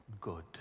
good